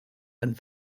and